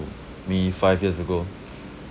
me five years ago